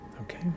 Okay